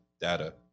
data